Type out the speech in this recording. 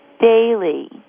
daily